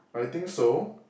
I think so